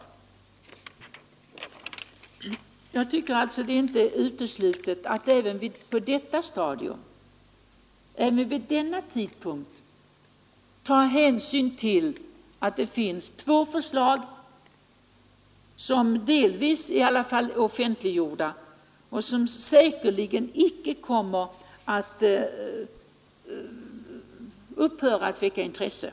Jag tycker alltså inte att det är uteslutet att vi även på detta stadium och vid denna tidpunkt tar hänsyn till att det finns två förslag, som i alla fall delvis är offentliggjorda och som säkerligen inte kommer att upphöra att väcka intresse.